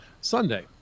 Sunday